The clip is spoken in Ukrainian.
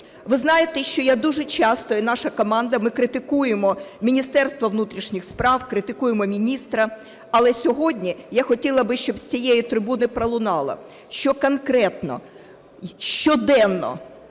Ви знаєте, що я дуже часто і наша команда, ми критикуємо Міністерство внутрішніх справ, критикуємо міністра, але сьогодні я хотіла би, щоб з цієї трибуни пролунало, що конкретно й щоденно